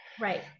Right